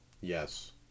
Yes